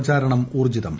പ്രചാരണം ഊർജ്ജിതം